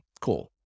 Cool